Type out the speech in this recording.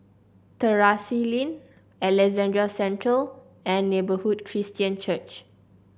Terrasse Lane Alexandra Central and Neighbourhood Christian Church